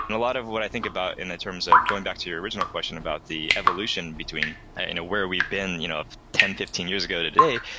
and a lot of what i think about in the terms of going back to your original question about the evolution between and where we've been you know ten, fifteen years ago today,